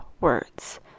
words